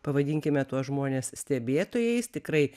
pavadinkime tuos žmones stebėtojais tikrai